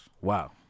Wow